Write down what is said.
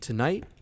Tonight